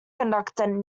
conductor